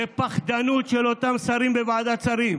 זאת פחדנות של אותם שרים בוועדות שרים.